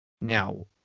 now